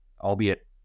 albeit